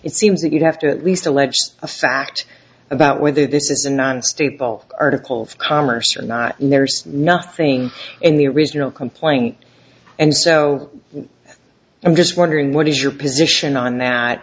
it seems that you have to at least alleged a fact about whether this is a man staple article of commerce or not there's nothing in the original complaint and so i'm just wondering what is your position on that